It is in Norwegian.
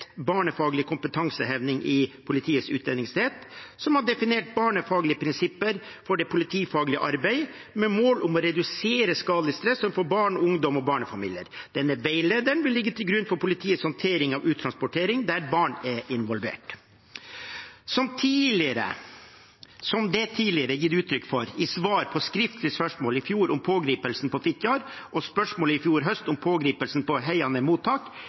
barnefaglig kompetanseheving i Politiets utlendingsenhet, som har definert barnefaglige prinsipper for det politifaglige arbeidet, med mål om å redusere skadelig stress overfor barn, ungdom og barnefamilier. Denne veilederen vil ligge til grunn for politiets håndtering av uttransportering der barn er involvert. Som det tidligere er gitt uttrykk for i svar på skriftlig spørsmål i fjor om pågripelsen på Fitjar og spørsmålet i fjor høst om pågripelsen ved Heiane mottak,